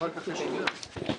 אגף תקציבים.